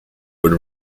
would